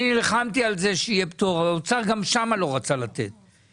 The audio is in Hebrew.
אני נלחמתי על זה שיהיה פטור; האוצר לא רצה לתת גם שם.